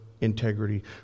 integrity